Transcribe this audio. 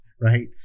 right